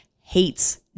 hates